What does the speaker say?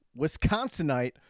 Wisconsinite